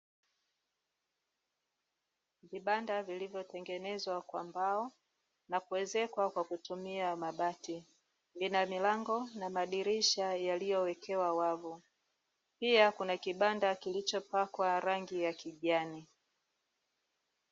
Vibanda vilivyotengenezwa kwa mbao na kuezekwa kwa kutumia mabati. Vina milango na madirisha yaliyowekewa wavu. Pia kuna kibanda kilichopakwa rangi ya kijani.